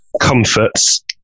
comforts